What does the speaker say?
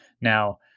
Now